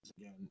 again